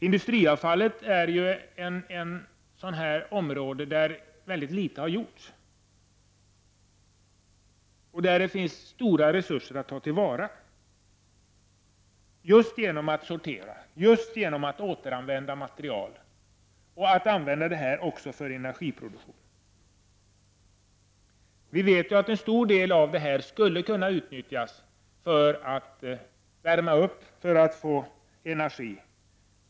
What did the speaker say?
Industriavfallet är ett område där mycket litet har gjorts. Men där finns det mycket stora resurser att ta till vara just genom sortering och återanvändning och även för energiproduktion. Vi vet ju att en stor del av detta skulle kunna användas för uppvärmning för att få energi.